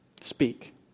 speak